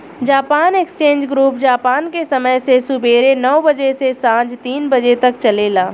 Japan exchange group Japan के समय से सुबेरे नौ बजे से सांझ तीन बजे तक चलेला